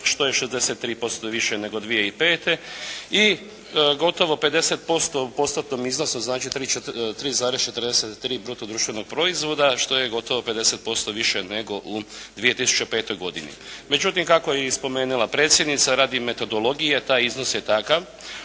što 63% više nego 2005. I gotovo 50% u postotnom iznosu, znači 3,43 bruto društvenog proizvoda, što je gotovo 50% više nego u 2005. godini. Međutim, kako je i spomenula predsjednica radi metodologije, taj iznos je takav